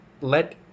let